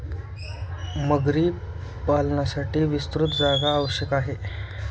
मगरी पालनासाठी विस्तृत जागा आवश्यक आहे